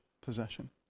possession